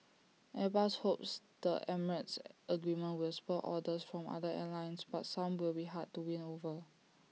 airbus hopes the emirates agreement will spur orders from other airlines but some will be hard to win over